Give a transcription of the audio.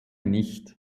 nicht